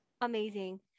Amazing